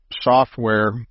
software